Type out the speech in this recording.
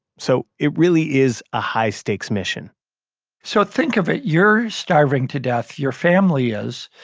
so it really is a high stakes mission so think of it, you're starving to death. your family is.